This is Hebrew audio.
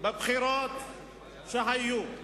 בבחירות שהיו,